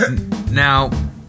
Now